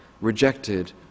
rejected